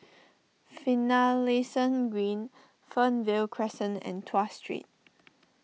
Finlayson Green Fernvale Crescent and Tuas Street